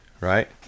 right